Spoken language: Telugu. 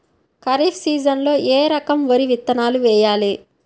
ఖరీఫ్ సీజన్లో ఏ రకం వరి విత్తనాలు వేయాలి?